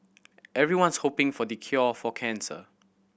everyone's hoping for the cure for cancer